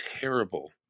terrible